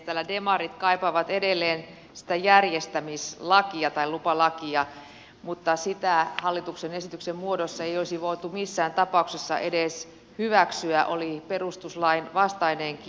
täällä demarit kaipaavat edelleen sitä järjestämislakia tai lupalakia mutta hallituksen esityksen muodossa sitä ei olisi voitu missään tapauksessa edes hyväksyä se oli perustuslain vastainenkin